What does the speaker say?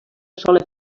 sola